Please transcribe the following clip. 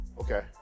okay